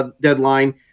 deadline